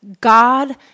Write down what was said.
God